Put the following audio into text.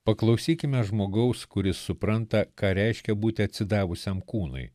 paklausykime žmogaus kuris supranta ką reiškia būti atsidavusiam kūnui